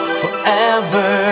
forever